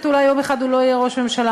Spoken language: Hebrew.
אולי יום אחד הוא לא יהיה ראש ממשלה.